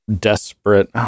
desperate